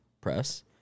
press